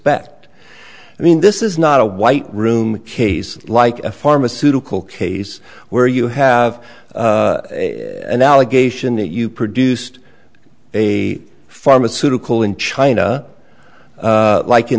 backed i mean this is not a white room case like a pharmaceutical case where you have an allegation that you produced a pharmaceutical in china like in